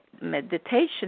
meditation